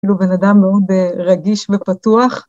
ואילו בן אדם מאוד רגיש ופתוח.